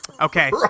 Okay